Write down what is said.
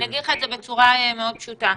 אני אגיד לך את זה בצורה מאוד פשוטה,